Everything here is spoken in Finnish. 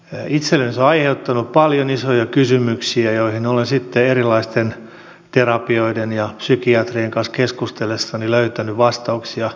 itselleni se on aiheuttanut paljon isoja kysymyksiä joihin olen sitten erilaisten terapioiden ja psykiatrien kanssa keskustellessani löytänyt vastauksia